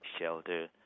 shelter